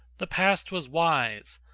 the past was wise,